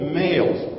males